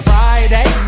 Friday